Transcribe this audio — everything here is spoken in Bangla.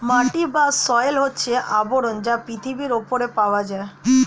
মাটি বা সয়েল হচ্ছে আবরণ যা পৃথিবীর উপরে পাওয়া যায়